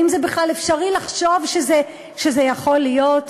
האם זה בכלל אפשרי לחשוב שזה יכול להיות?